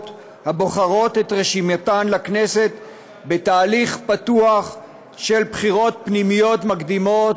הבוחרות את רשימתן לכנסת בתהליך פתוח של בחירות פנימיות מקדימות,